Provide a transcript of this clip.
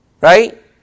right